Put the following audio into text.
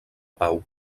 pau